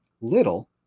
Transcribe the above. little